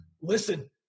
listen